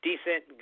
Decent